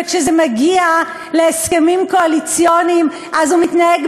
וכשזה מגיע להסכמים קואליציוניים אז הוא מתנהג